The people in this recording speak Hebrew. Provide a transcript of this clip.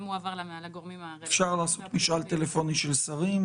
הועבר גם לגורמים הרלוונטיים ב --- אפשר לעשות משאל טלפוני של שרים.